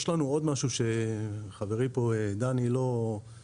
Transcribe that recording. יש לנו עוד משהו שחברי פה, דני, לא העלה.